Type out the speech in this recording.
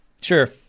sure